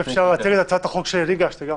האם אפשר גם להציג את הצעת החוק שאני הגשתי?